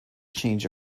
change